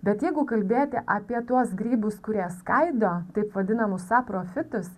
bet jeigu kalbėti apie tuos grybus kurie skaido taip vadinamus saprofitus